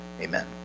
Amen